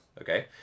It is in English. okay